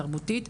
תרבותית,